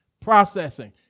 Processing